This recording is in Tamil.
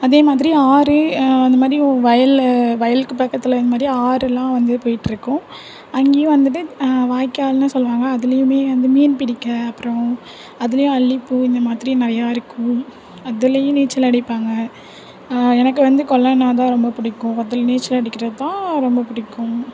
அதே மாதிரி ஆறு அந்த மாதிரி வயல் வயலுக்கு பக்கத்தில் இந்த மாதிரி ஆறெல்லாம் வந்து போயிட்ருக்கும் அங்கேயும் வந்துட்டு வாய்க்கால்ன்னு சொல்வாங்க அதுலேயுமே வந்து மீன் பிடிக்க அப்புறம் அதுலேயும் அல்லிப்பூ இந்த மாதிரி நிறையா இருக்கும் அதுலேயும் நீச்சல் அடிப்பாங்க எனக்கு வந்து குளன்னா தான் ரொம்ப பிடிக்கும் அதில் நீச்சல் அடிக்கிறது தான் ரொம்ப பிடிக்கும்